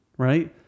right